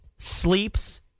sleeps